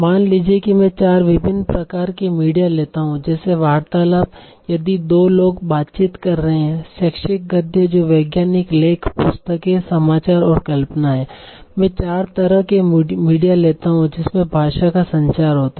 मान लीजिए कि मैं 4 विभिन्न प्रकार के मीडिया लेता हूं जैसे वार्तालाप यदि 2 लोग बातचीत कर रहे हैं शैक्षिक गद्य जो वैज्ञानिक लेख पुस्तकें समाचार और कल्पना है मैं 4 तरह के मीडिया लेता हूं जिसमें भाषा का संचार होता है